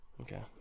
Okay